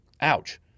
Ouch